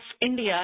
India